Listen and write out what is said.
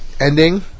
ending